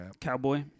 Cowboy